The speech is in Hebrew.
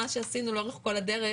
מה שעשינו לאורך כל הדרך,